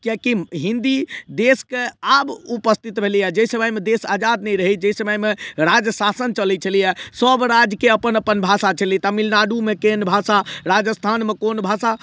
किएक कि हिन्दी देशके आब उपस्थित भेलइए जे समयमे देश आजाद नहि रहय जे समयमे राज शासन चलय छलइए सब राज्यके अपन अपन भाषा छलै तमिलनाडुमे केहन भाषा राजस्थानमे कोन भाषा